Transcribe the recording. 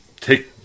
take